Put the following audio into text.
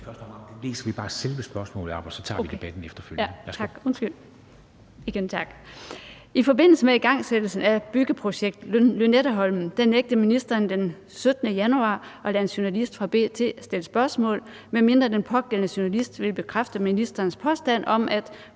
i forbindelse med igangsættelsen af byggeprojekt Lynetteholmen den 17. januar 2022 at lade en journalist fra B.T. stille spørgsmål, medmindre den pågældende journalist ville bekræfte ministerens påstand om, at